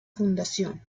fundación